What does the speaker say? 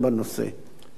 תודה רבה לאדוני.